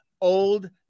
old